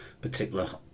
particular